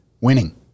winning